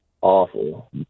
awful